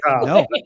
No